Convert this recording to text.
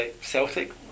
Celtic